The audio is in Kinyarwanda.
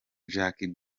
jack